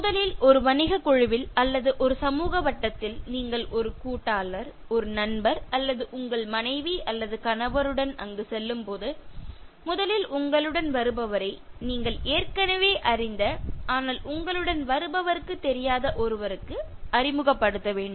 முதலில் ஒரு வணிகக் குழுவில் அல்லது ஒரு சமூக வட்டத்தில் நீங்கள் ஒரு கூட்டாளர் ஒரு நண்பர் அல்லது உங்கள் மனைவி அல்லது கணவருடன் அங்கு செல்லும்போது முதலில் உங்களுடன் வருபவரை நீங்கள் ஏற்கனவே அறிந்த ஆனால் உங்களுடன் வருபவர்க்கு தெரியாத ஒருவருக்கு அறிமுகப்படுத்த வேண்டும்